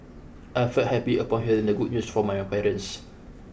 I felt happy upon hearing the good news from my parents